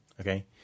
Okay